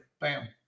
bam